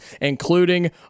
including